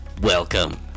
welcome